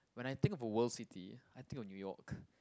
when I think of a world city I think of New York